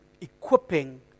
equipping